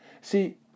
See